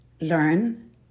learn